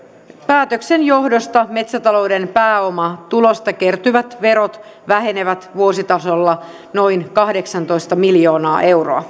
päätöksen johdosta metsätalouden pääomatulosta kertyvät verot vähenevät vuositasolla noin kahdeksantoista miljoonaa euroa